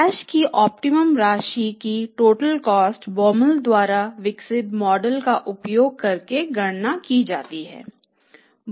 cash की optimum राशि की टोटल कॉस्ट Baumol द्वारा विकसित मॉडल का उपयोग करके गणना की जाती है